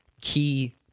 key